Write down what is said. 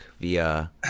via